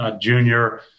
junior